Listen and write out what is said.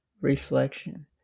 reflection